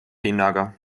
hinnaga